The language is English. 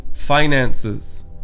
finances